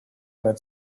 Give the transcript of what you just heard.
red